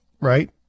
right